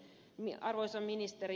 arvoisa ministeri